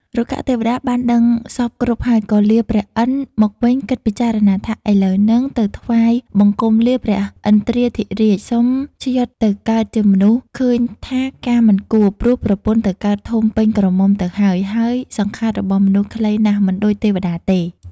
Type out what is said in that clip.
រុក្ខទេវតាបានដឹងសព្វគ្រប់ហើយ ក៏លាព្រះឥន្ធមកវិញគិតពិចារណាថា “ឥឡូវនឹងទៅថ្វាយ បង្គំលាព្រះឥន្ទ្រាធិរាជសុំច្យុតទៅកើតជាមនុស្សឃើញថាការមិនគួរ ព្រោះប្រពន្ធទៅកើតធំពេញក្រមុំទៅហើយ ហើយ សង្ខាររបស់មនុស្សខ្លីណាស់មិនដូចទេវតាទេ ”។